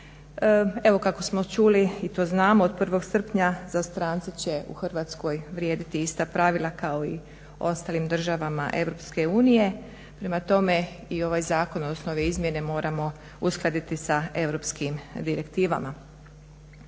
Evo kako smo čuli i to znamo od 1. srpnja za strance će u Hrvatskoj vrijediti ista pravila kao i u ostalim državama EU. prema tome, i ovaj zakon, odnosno ove izmjene moramo uskladiti sa europskim direktivama.